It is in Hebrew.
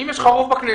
אם יש לך רוב בכנסת,